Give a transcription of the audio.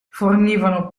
fornivano